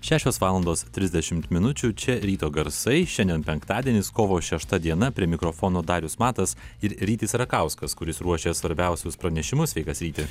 šešios valandos trisdešimt minučių čia ryto garsai šiandien penktadienis kovo šešta diena prie mikrofono darius matas ir rytis rakauskas kuris ruošia svarbiausius pranešimus sveikas ryti